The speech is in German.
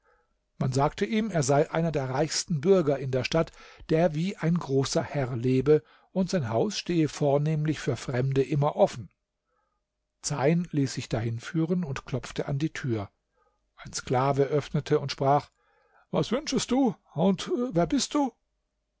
man sagte ihm er sei einer der reichsten bürger in der stadt der wie ein großer herr lebe und sein haus stehe vornehmlich für fremde immer offen zeyn ließ sich dahin führen und klopfte an die tür ein sklave öffnete und sprach was wünschest du und wer bist du